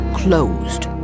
closed